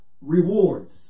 rewards